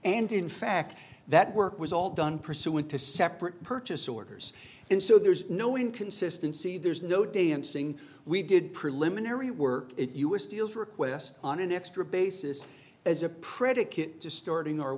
and in fact that work was all done pursuant to separate purchase orders and so there's no inconsistency there's no dancing we did preliminary work it us deals requests on an extra basis as a predicate distorting our